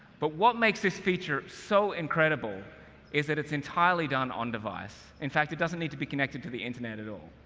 but what makes this feature so incredible is that it's entirely done on device. in fact, it doesn't need to be connected to the internet at all.